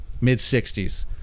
mid-60s